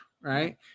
right